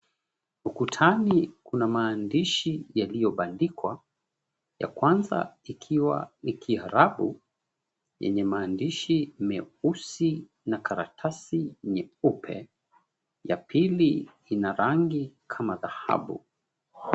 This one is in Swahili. Ukutani kuna maandishi yaliyobandikwa, ya kwanza ikiwa ya Kiarabu yenye maandishi meusi na karatasi nyeupe, ya pili ina rangi kama dhahabu.